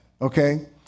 Okay